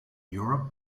europe